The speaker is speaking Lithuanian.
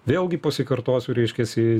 vėlgi pasikartosiu reiškiasi